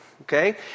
Okay